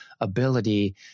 ability